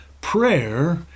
Prayer